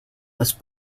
this